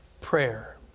prayer